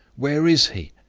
where is he